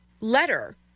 letter